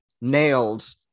nailed